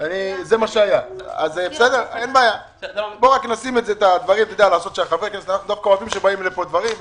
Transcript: חברי הכנסת אוהבים שבאים לפה דברים,